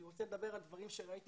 אני רוצה לדבר על דברים שראיתי